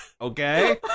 okay